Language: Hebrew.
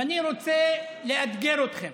ואני רוצה לאתגר אתכם,